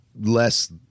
less